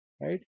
right